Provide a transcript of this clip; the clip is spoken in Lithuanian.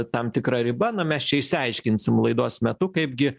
tam tikra riba na mes čia išsiaiškinsim laidos metu kaip gi